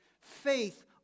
faith